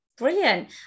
Brilliant